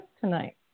tonight